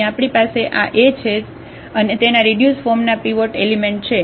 અહીં આપણી પાસે આ A છે અને તેના રીડ્યુસ ફોર્મના પિવોટ એલિમેંટ છે